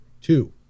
two